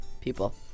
people